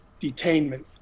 detainment